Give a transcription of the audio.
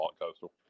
Coastal